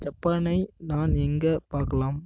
ஜப்பானை நான் எங்கே பார்க்கலாம்